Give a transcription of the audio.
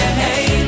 hey